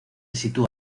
sitúa